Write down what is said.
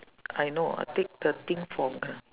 I know I take the thing for gra~